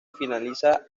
finaliza